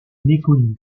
méconnu